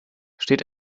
steht